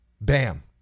bam